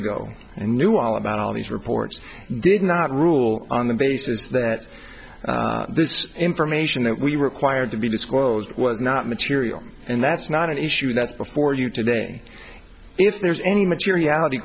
ago and knew all about all these reports did not rule on the basis that this information that we required to be disclosed was not material and that's not an issue that's before you today if there's any materiality